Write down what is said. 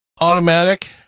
automatic